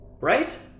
right